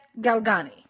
Galgani